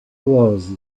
was